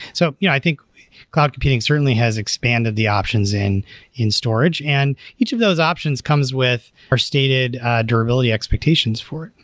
so yeah i think cloud computing certainly has expanded the options in in storage, and each of those options comes with our stated durability expectations for it.